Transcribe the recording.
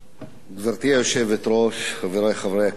גברתי היושבת-ראש, חברי חברי הכנסת,